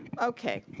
okay,